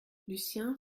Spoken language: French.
lucien